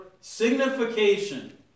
signification